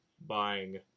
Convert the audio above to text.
buying